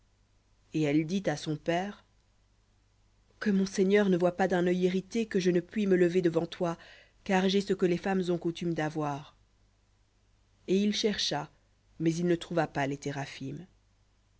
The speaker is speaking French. et elle dit à son père que mon seigneur ne voie pas d'un œil irrité que je ne puis me lever devant toi car j'ai ce que les femmes ont coutume d'avoir et il chercha mais il ne trouva pas les